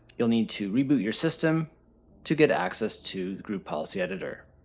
you'll need to reboot your system to get access to the group policy editor.